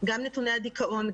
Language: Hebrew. גם נתוני הדיכאון,